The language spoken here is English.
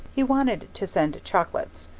he wanted to send chocolates,